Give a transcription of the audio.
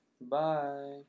Bye